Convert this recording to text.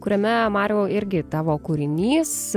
kuriame mariau irgi tavo kūrinys